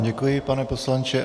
Děkuji vám, pane poslanče.